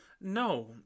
no